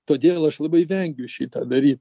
todėl aš labai vengiu šitą daryt